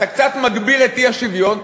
אתה קצת מגביר את האי-שוויון,